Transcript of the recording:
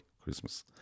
Christmas